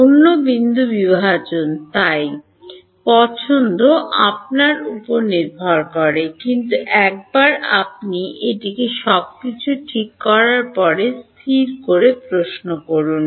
অন্য বিন্দু বিভাজন তাই পছন্দ আপনার উপর নির্ভর করে কিন্তু একবার আপনি একটি সবকিছু ঠিক করার পরে স্থির প্রশ্ন আসে